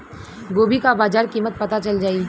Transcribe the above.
गोभी का बाजार कीमत पता चल जाई?